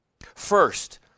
First